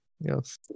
Yes